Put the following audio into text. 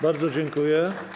Bardzo dziękuję.